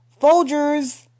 Folgers